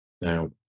now